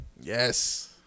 Yes